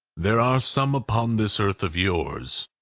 there are some upon this earth of yours,